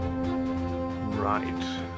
Right